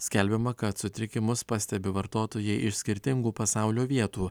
skelbiama kad sutrikimus pastebi vartotojai iš skirtingų pasaulio vietų